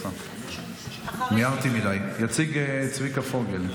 נעבור לנושא הבא, הצעת חוק מטעם הממשלה לקריאה